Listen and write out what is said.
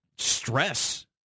stress